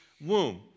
womb